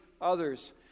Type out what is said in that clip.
others